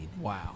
Wow